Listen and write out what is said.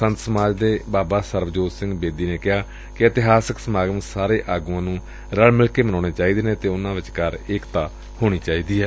ਸੱਤ ਸਮਾਜ ਦੇ ਬਾਬਾ ਸਰਬਜੋਤ ਸਿੰਘ ਬੇਦੀ ਨੇ ਕਿਹਾ ਕਿ ਇਤਿਹਾਸਕ ਸਮਾਗਮ ਸਾਰੇ ਆਗੂਆਂ ਨੂੰ ਰਲ ਮਿਲ ਕੇ ਮਨਾਉਣੇ ਚਾਹੀਦੇ ਨੇ ਅਤੇ ਉਨਾ ਵਿਚਕਾਰ ਏਕਤਾ ਹੋਣੀ ਚਾਹੀਦੀ ਏ